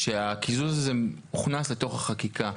שהקיזוז הזה הוכנס לתוך החקיקה.